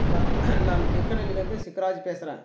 நான் நான் சிக்கராஜ் பேசறேன்